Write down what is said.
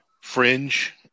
fringe